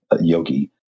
Yogi